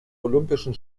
olympischen